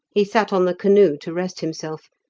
he sat on the canoe to rest himself,